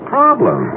problem